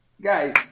guys